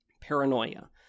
paranoia